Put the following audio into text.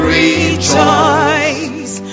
rejoice